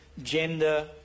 gender